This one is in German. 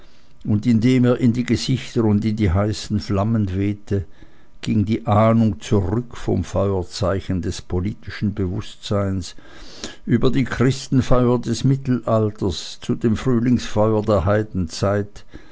und indem er in die gesichter und in die heißen flammen wehte ging die ahnung zurück vom feuerzeichen des politischen bewußtseins über die christenfeuer des mittelalters zu dem frühlingsfeuer der